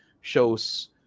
shows